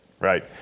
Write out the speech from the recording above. right